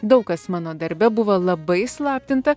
daug kas mano darbe buvo labai įslaptinta